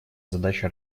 задача